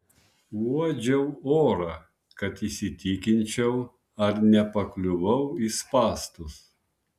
uodžiau orą kad įsitikinčiau ar nepakliuvau į spąstus